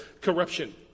corruption